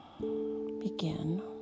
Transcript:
Begin